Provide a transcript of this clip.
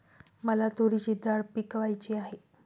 मला तूरीची डाळ पिकवायची आहे